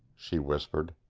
she whispered.